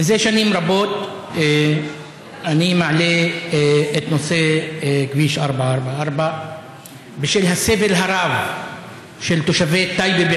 מזה שנים רבות אני מעלה את נושא כביש 444 בשל הסבל הרב של תושבי טייבה,